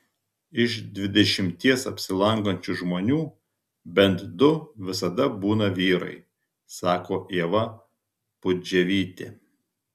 iš dvidešimties apsilankančių žmonių bent du visada būna vyrai sako ieva pudževytė